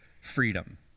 freedom